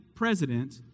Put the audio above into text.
president